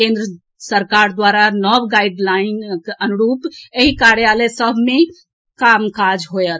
केन्द्र सरकार द्वारा जारी नव गाईड लाईनक अनुरूप एहि कार्यालय सभ मे कामकाज होएत